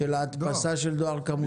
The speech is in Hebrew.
ההדפסה של דואר כמותי.